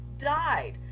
died